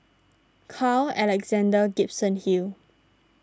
Carl Alexander Gibson Hill